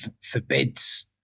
forbids –